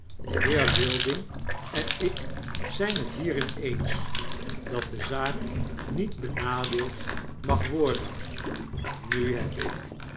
de heer wilding en ik zyn het hierin eens dat de zaak niet benadeeld mag worden nu heb ik